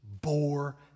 bore